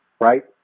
right